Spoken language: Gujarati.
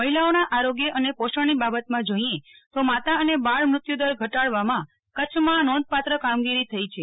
મહિલાઓના આરોગ્ય અને પોષણ ની બાબતમાં જોઈએ તો માતા અને બાળમૃત્યુ દર ઘટાડવામાં કચ્છના નોંધપાત્ર કામગીરી થઇ છે